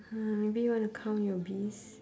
hmm maybe you want to count your bees